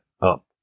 up